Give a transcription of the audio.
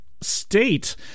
state